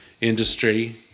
industry